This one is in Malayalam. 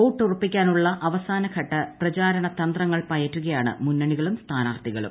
വോട്ടുറപ്പിക്കാനുള്ള അവസാന ഘട്ട പ്രചാരണ തന്ത്രങ്ങൾ പയറ്റുകയാണ് മുന്നണികളും സ്ഥാനാർത്ഥികളും